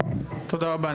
תודה רבה.